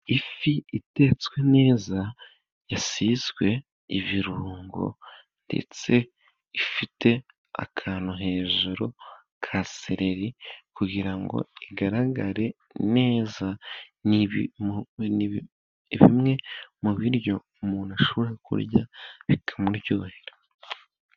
Ifi itetswe neza yasizwe ibirungo ndetse ifite akantu hejuru ka sereri kugira ngo igaragare neza. Ni ibintu bimwe mu biryo umuntu ashobora kurya bikamuryohera.